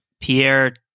pierre